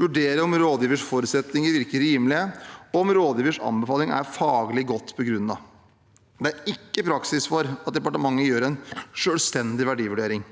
vurdere om rådgivers forutsetninger virker rimelige, og om rådgivers anbefaling er faglig godt begrunnet. Det er ikke praksis for at departementet gjør en selvstendig verdivurdering.